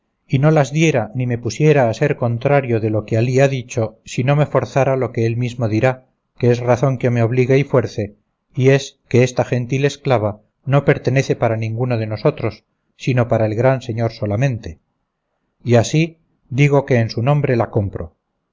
y no las diera ni me pusiera a ser contrario de lo que alí ha dicho si no me forzara lo que él mismo dirá que es razón que me obligue y fuerce y es que esta gentil esclava no pertenece para ninguno de nosotros sino para el gran señor solamente y así digo que en su nombre la compro